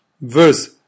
verse